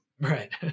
Right